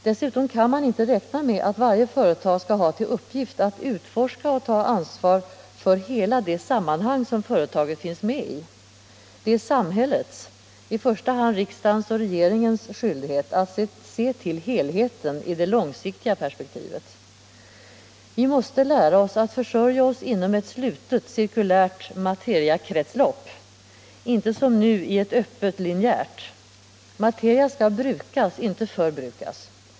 Dessuom kan man inte räkna med att varje företag skall ha till uppgift att utforska och ta ansvar för hela det sammanhang företaget finns med i. Det är samhället, i första hand riksdagens och regeringens, skyldighet att se till helheten i det långsiktiga perspektivet. Vi måste lära oss att försörja oss inom ett slutet, cirkulärt materiakretslopp, inte som nu i ett öppet, linjärt. Materia skall brukas, inte förbrukas.